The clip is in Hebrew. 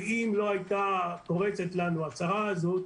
אם לא היתה פורצת לנו הצרה הזאת,